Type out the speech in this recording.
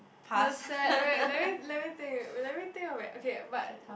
the sad wait let me let me think let me think of an okay but